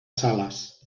sales